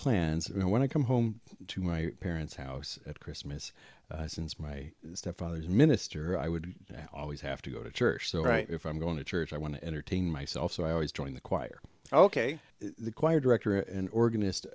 plans and i want to come home to my parents house at christmas since my stepfather's minister i would now always have to go to church so right if i'm going to church i want to entertain myself so i always joined the choir ok the choir director an organist